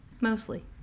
Mostly